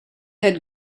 had